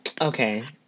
okay